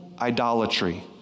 idolatry